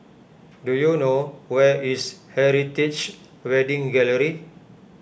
do you know where is Heritage Wedding Gallery